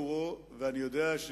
אחרי העברת התקציב אני אבוא ואודה לך